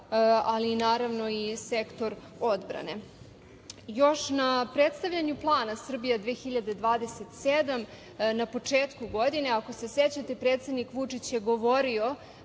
ali, naravno, i sektor odbrane. Još na predstavljanju plana „Srbija 2027“ na početku godine, ako se sećate, predsednik Vučić je govorio